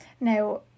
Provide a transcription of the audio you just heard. Now